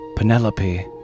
Penelope